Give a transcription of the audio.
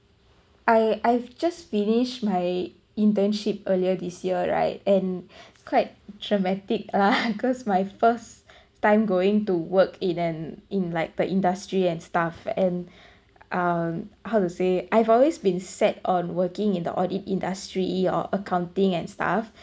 I I've just finished my internship earlier this year right and quite traumatic lah cause my first time going to work in an in like the industry and stuff and um how to say I've always been set on working in the audit industry or accounting and stuff